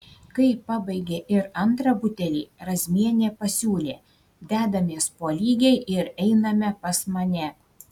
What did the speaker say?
kai pabaigė ir antrą butelį razmienė pasiūlė dedamės po lygiai ir einame pas mane